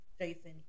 Jason